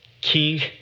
king